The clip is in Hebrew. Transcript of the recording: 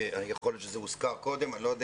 יכול להיות שזה הוזכר קודם, אני לא יודע